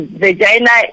vagina